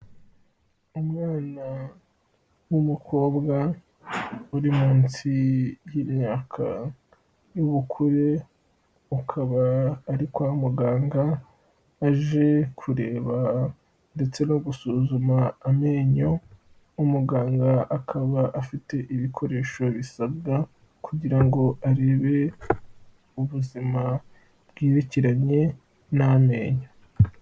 Umwana w'umukobwa uri munsi y'imyaka y'ubukure, akaba ari kwa muganga aje kureba ndetse no gusuzuma amenyo, nk'umuganga akaba afite ibikoresho bisabwa kugira ngo arebe ubuzima bwerekeranye n'amenyo.